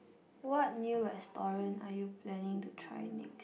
what new restaurant are you planning to try next